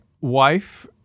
wife